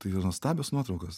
tai yra nuostabios nuotraukos